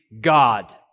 God